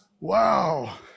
Wow